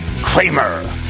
Kramer